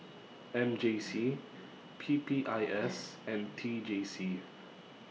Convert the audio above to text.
M J C P P I S and T J C